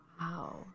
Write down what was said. Wow